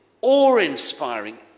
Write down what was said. awe-inspiring